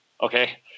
okay